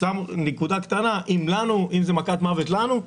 אם זו תהיה מכת מוות עבורנו,